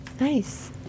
Nice